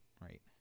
right